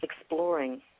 exploring